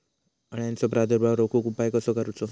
अळ्यांचो प्रादुर्भाव रोखुक उपाय कसो करूचो?